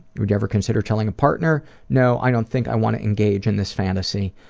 would you ever consider telling a partner? no, i don't think i want to engage in this fantasy.